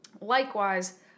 Likewise